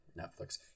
Netflix